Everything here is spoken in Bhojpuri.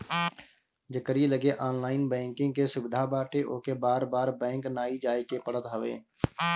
जेकरी लगे ऑनलाइन बैंकिंग के सुविधा बाटे ओके बार बार बैंक नाइ जाए के पड़त हवे